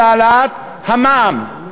העלאת המע"מ.